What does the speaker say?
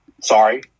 sorry